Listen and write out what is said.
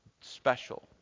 special